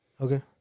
Okay